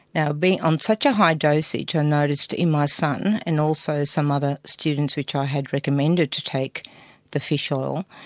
now being on such a high dosage i ah noticed in my son, and also some other students which i had recommended to take the fish oil,